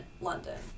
London